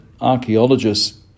archaeologists